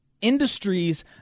industries